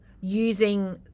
using